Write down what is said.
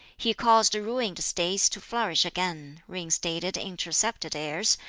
he caused ruined states to flourish again, reinstated intercepted heirs,